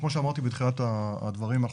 כמו שאמרתי בתחילת הדברים,